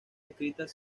escritas